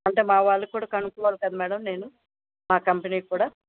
అంటే మా వాళ్ళకి కూడా కనుక్కోవాలి కదా మ్యాడం నేను మా కంపెనీకి కూడా